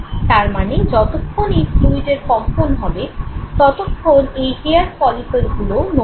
তার মানে যতক্ষণ এই ফ্লুইডের কম্পন হবে ততক্ষণ এই হেয়ার ফলিকলগুলোও নড়বে